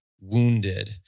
wounded